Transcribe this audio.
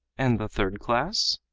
and the third class?